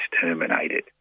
terminated